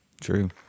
True